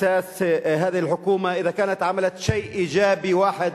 אני חושב שכמו שאנחנו מקשיבים לכל הנאומים בעברית,